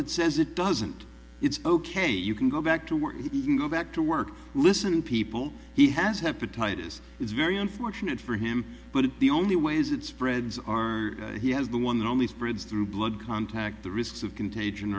that says it doesn't it's ok you can go back to work even go back to work listen people he has hepatitis it's very unfortunate for him but it's the only ways it spreads are he has the one and only spreads through blood contact the risks of contagion